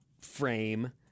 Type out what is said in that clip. frame